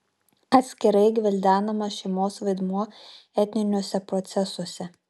atskirai gvildenamas šeimos vaidmuo etniniuose procesuose